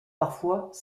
parfois